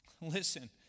Listen